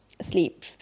sleep